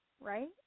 right